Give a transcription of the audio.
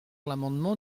l’amendement